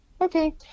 Okay